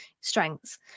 strengths